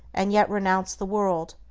and yet renounce the world,